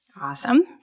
Awesome